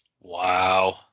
Wow